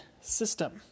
system